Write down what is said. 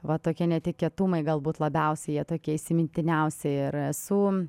va tokie netikėtumai galbūt labiausiai jie tokie įsimintiniausi ir esu